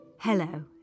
Hello